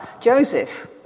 Joseph